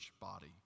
body